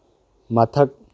ꯃꯊꯛ